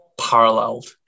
paralleled